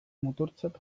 muturtzat